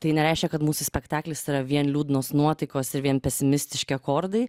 tai nereiškia kad mūsų spektaklis yra vien liūdnos nuotaikos ir vien pesimistiški akordai